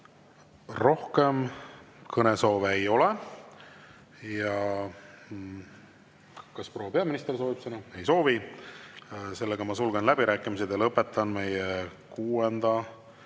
Rohkem kõnesoove ei ole. Kas proua peaminister soovib sõna? Ei soovi. Ma sulgen läbirääkimised ja lõpetan meie kuuenda